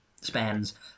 spans